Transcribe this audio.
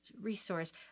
resource